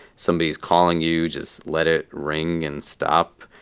somebody's calling you, just let it ring and stop.